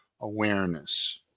awareness